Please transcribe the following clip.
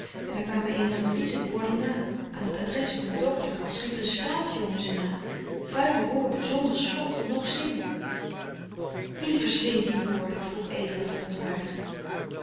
en er kwamen eenige vieze woorden na aan het adres van den dokter als riep een straatjongen ze na vuile woorden zonder slot noch zin wie verzint die woorden vroeg eva verontwaardigd